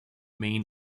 main